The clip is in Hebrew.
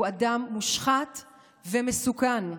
הוא אדם מושחת ומסוכן.